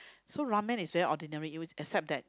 so Ramen is very ordinary it will except that